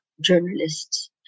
journalists